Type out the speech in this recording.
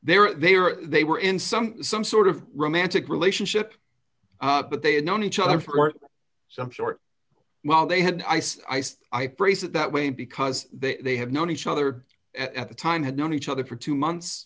they were they were they were in some some sort of romantic relationship but they had known each other for some short while they had ice ice i praise it that way because they had known each other at the time had known each other for two months